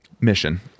mission